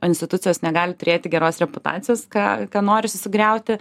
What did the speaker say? institucijos negali turėti geros reputacijos ką noris griauti